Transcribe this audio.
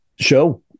show